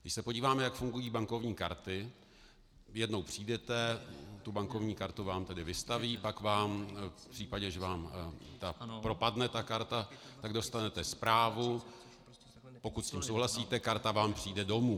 Když se podíváme, jak fungují bankovní karty jednou přijdete, bankovní kartu vám vystaví, pak v případě, že vám ta karta propadne, tak dostanete zprávu, pokud s tím souhlasíte, karta vám přijde domů.